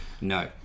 no